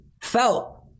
felt